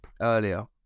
earlier